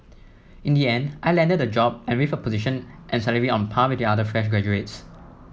in the end I landed the job and with a position and salary on par with the other fresh graduates